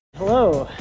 hello.